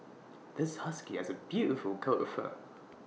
this husky has A beautiful coat of fur